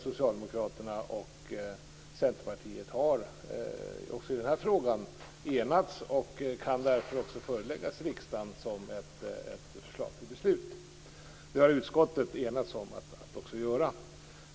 Socialdemokraterna och Centern har också i den här frågan enats, och förslaget kan därför föreläggas riksdagen som ett förslag till beslut. Det har också utskottet enats om att göra.